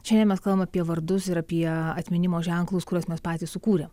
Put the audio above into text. šiandien mes kalbam apie vardus ir apie atminimo ženklus kuriuos mes patys sukūrėm